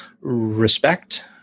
respect